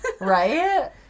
Right